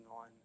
on